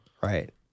Right